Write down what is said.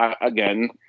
again